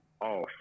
off